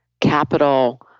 capital